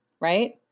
right